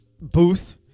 booth